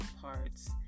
parts